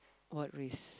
what risk